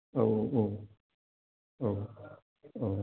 औ औ औ औ